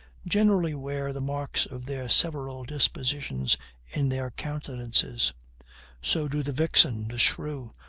generally wear the marks of their several dispositions in their countenances so do the vixen, the shrew,